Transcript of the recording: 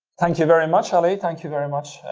thank you very much, ali. thank you very much,